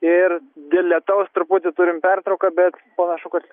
ir dėl lietaus truputį turim pertrauką bet panašu kad